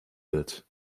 wird